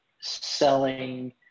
selling